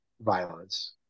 violence